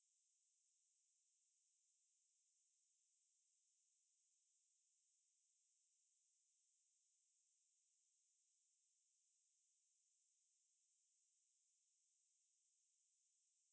okay so I'm not not very particular but if it's like those finance modules cause you know majoring in finance right so if those finance modules right then I'll be like a bit particular like I will ask them much earlier already like eh ஏய் என்னாச்சும் பண்ணீங்க:hey ennachum panninge this and that